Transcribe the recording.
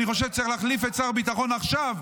אני חושב שצריך להחליף את שר הביטחון עכשיו.